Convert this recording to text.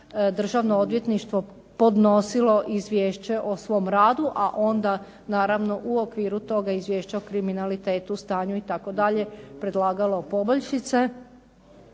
Državno odvjetništvo podnosilo izvješće o svom radu, a onda naravno u okviru toga izvješća o kriminalitetu, stanju itd. predlagalo poboljšice.